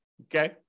okay